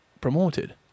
promoted